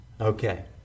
Okay